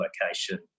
location